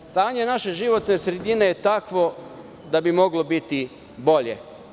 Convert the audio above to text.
Stanje naše životne sredine je takvo da bi moglo biti bolje.